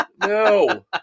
No